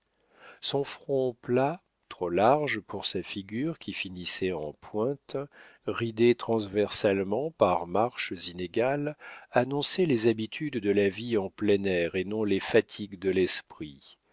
son front plat trop large pour sa figure qui finissait en pointe ridé transversalement par marches inégales annonçait les habitudes de la vie en plein air et non les fatigues de l'esprit